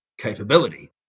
capability